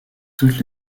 toutes